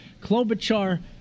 Klobuchar